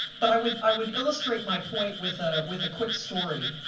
but i would i would illustrate my point with ah with a quick story.